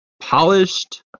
polished